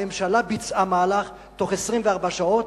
הממשלה ביצעה מהלך תוך 24 שעות.